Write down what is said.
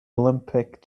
olympic